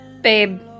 Babe